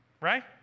right